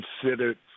considered